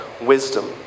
wisdom